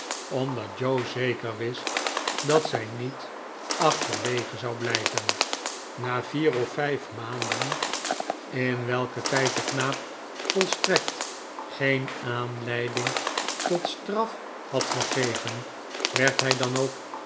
omdat joe zeker wist dat zij niet achterwege zou blijven na vier of vijf maanden in welken jljd de knaap volstrekt geen aanleiding tot straf had gegeven werd hij dan ook